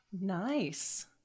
Nice